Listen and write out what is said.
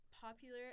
popular